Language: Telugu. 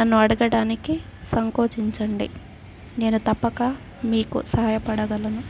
నన్ను అడగడానికి సంకోచించండి నేను తప్పక మీకు సహయపడగలను